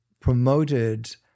promoted